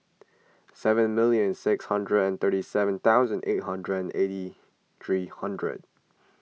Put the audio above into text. seven million six hundred and thirty seven thousand eight hundred and eighty three hundred